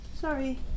Sorry